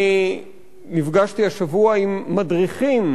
אני נפגשתי השבוע עם מדריכים